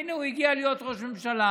והינה, הוא הגיע להיות ראש ממשלה,